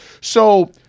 So-